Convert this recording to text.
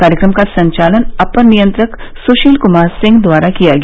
कार्यक्रम का संचालन अपर नियंत्रक सुशील कुमार सिंह द्वारा किया गया